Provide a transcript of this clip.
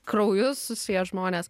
krauju susiję žmonės